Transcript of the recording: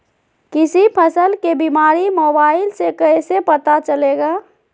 किसी फसल के बीमारी मोबाइल से कैसे पता चलेगा?